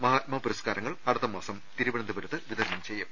മഹാത്മാ പുരസ്കാരങ്ങൾ അടുത്ത മാസം തിരുവനന്തപുരത്ത് വിതരണം ചെയ്യും